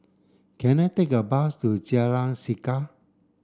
can I take a bus to Jalan Chegar